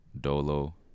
Dolo